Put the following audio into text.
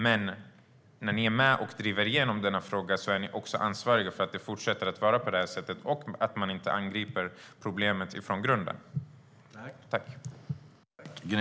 Men när ni är med och driver igenom detta är ni ansvariga för att det fortsätter att vara på det här sättet och att problemet inte angrips från grunden.